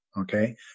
okay